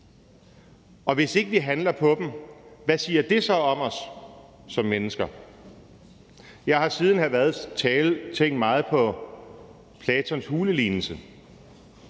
Og hvis ikke vi handler på dem, hvad siger det så om os som mennesker? Jeg har siden hr. Frederik Vads tale tænkt meget på Platons hulelignelse,